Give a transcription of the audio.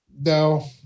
No